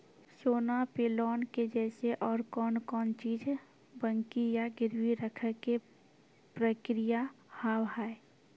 सोना पे लोन के जैसे और कौन कौन चीज बंकी या गिरवी रखे के प्रक्रिया हाव हाय?